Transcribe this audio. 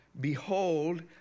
Behold